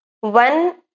One